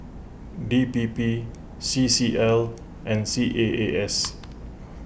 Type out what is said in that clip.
D P P C C L and C A A S